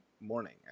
morning